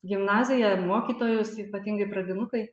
gimnaziją mokytojus ypatingai pradinukai